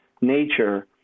nature